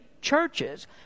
churches